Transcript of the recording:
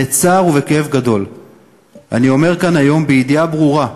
בצער ובכאב גדול אני אומר כאן היום בידיעה ברורה: